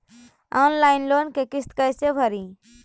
Online loan के किस्त कैसे भरे?